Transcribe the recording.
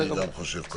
אני גם חושב ככה.